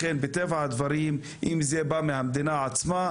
לכן מטבע הדברים אם זה בא מהמדינה עצמה,